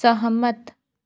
सहमत